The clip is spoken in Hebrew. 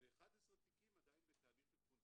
ו-11 תיקים עדיין בתהליך אבחון,